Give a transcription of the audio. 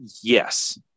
Yes